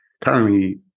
currently